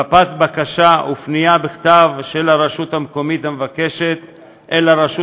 מפת בקשה ופנייה בכתב של הרשות המקומית המבקשת אל הרשות